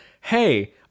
hey